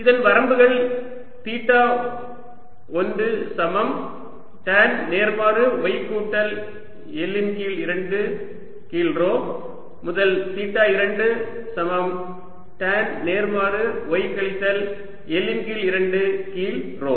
இதன் வரம்புகள் தீட்டா 1 சமம் டான் நேர்மாறு y கூட்டல் L இன் கீழ் 2 கீழ் ρ முதல் தீட்டா 2 சமம் டான் நேர்மாறு y கழித்தல் L இன் கீழ் 2 கீழ் ρ